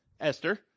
Esther